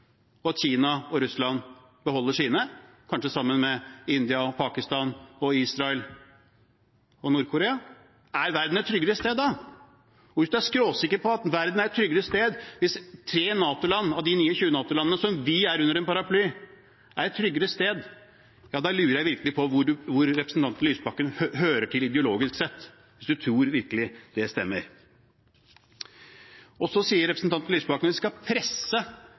kjernevåpen og Kina og Russland beholder sine, kanskje sammen med India, Pakistan, Israel og Nord-Korea? Er verden et tryggere sted da? Hvis han er skråsikker på at verden er et tryggere sted hvis tre av de 29 NATO-landene som vi er under en paraply med, fjerner sine kjernevåpen, lurer jeg virkelig på hvor representanten Lysbakken hører til, ideologisk sett – hvis han virkelig tror det stemmer. Så sier representanten Lysbakken at vi skal presse